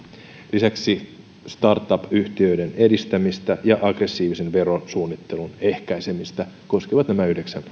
lisäksi startup yhtiöiden edistämistä ja aggressiivisen verosuunnittelun ehkäisemistä koskevat nämä yhdeksän